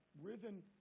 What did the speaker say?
risen